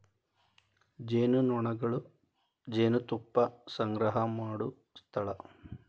ಜೇನುನೊಣಗಳು ಜೇನುತುಪ್ಪಾ ಸಂಗ್ರಹಾ ಮಾಡು ಸ್ಥಳಾ